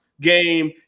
game